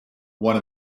one